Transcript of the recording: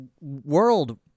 world